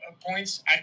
points